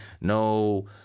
No